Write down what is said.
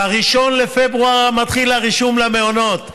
ב-1 בפברואר מתחיל הרישום למעונות.